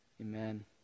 Amen